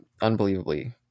unbelievably